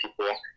people